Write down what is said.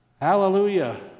Hallelujah